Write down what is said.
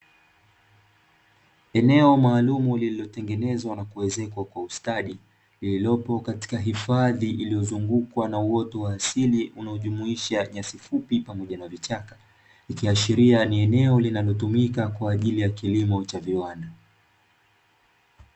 Eneo maalumu lililotengenezwa na kuezekwa kwa ustadi, lilkilopo katika hifadhi iliyozungukwa na uoto wa asili unaojumuisha nyasi fupi pamoja na vichaka, ikiashiria ni eneo linalotumika kwa ajili ya kilimo viwanda.